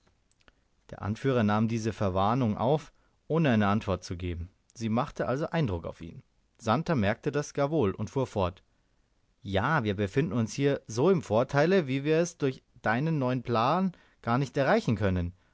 der anführer nahm diese verwarnung auf ohne eine antwort zu geben sie machte also eindruck auf ihn santer merkte das gar wohl und fuhr fort ja wir befinden uns hier so im vorteile wie wir es durch deinen neuen plan gar nicht erreichen können